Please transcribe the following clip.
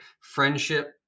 friendship